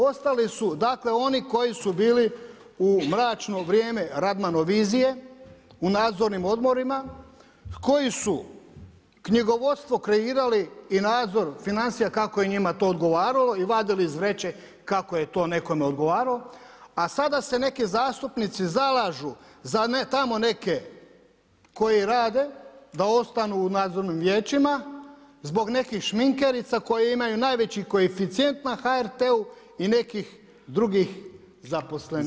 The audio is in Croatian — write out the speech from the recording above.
Ostali su dakle oni koji su bili u mračno vrijeme Radmanovizije u nadzornim odborima, koji su knjigovodstvo kreirali i nadzor financija kako je njima to odgovaralo i vadili iz vreće kako je to nekome odgovaralo, a sada se neki zastupnici zalažu za tamo neke koji rade, da ostanu u nadzornim vijećima zbog nekih šminkerica koje imaju najveći koeficijent na HRT-u i nekih drugih zaposlenika.